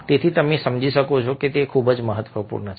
તેથી તમે સમજો છો કે આ ખૂબ જ મહત્વપૂર્ણ છે